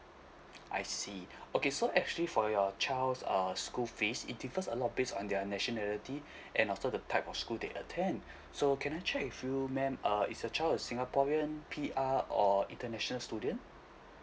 I see okay so actually for your child's err school fees it depends a lot based on their nationality and after the type of school they attend so can I check with you ma'am uh is your child a singaporean P_R or international student